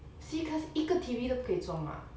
C class 一个 T_V 都不可以装 ah